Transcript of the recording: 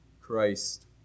Christ